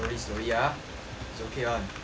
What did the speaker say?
is okay [one] chill chill